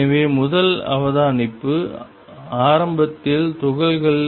எனவே முதல் அவதானிப்பு ஆரம்பத்தில் துகள்கள்